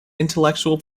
intellectual